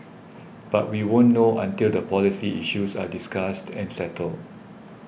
but we won't know until the policy issues are discussed and settled